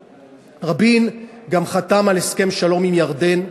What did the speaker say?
רבין גם חתם על הסכם שלום עם ירדן,